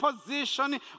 position